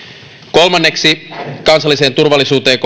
kolmanneksi kansalliseen turvallisuuteen